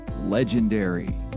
legendary